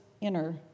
inner